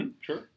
sure